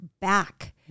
back